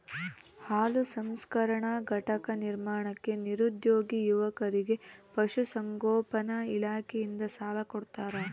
ಹಾಲು ಸಂಸ್ಕರಣಾ ಘಟಕ ನಿರ್ಮಾಣಕ್ಕೆ ನಿರುದ್ಯೋಗಿ ಯುವಕರಿಗೆ ಪಶುಸಂಗೋಪನಾ ಇಲಾಖೆಯಿಂದ ಸಾಲ ಕೊಡ್ತಾರ